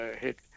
hit